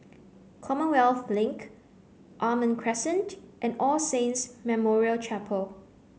Commonwealth Link Almond Crescent and All Saints Memorial Chapel